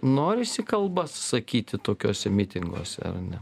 norisi kalbas sakyti tokiuose mitinguose ar ne